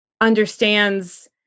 understands